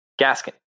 Gaskin